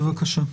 בבקשה.